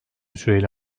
süreyle